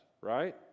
Right